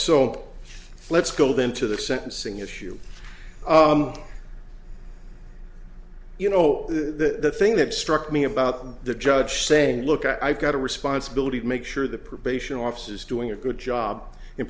so let's go into the sentencing issue you know the thing that struck me about the judge saying look i've got a responsibility to make sure the probation office is doing a good job in